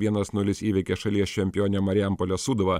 vienas nulis įveikė šalies čempionę marijampolės sūduva